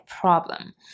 problem